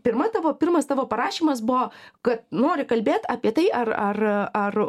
pirma tavo pirmas tavo parašymas buvo kad nori kalbėt apie tai ar ar ar